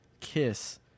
kiss